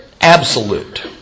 absolute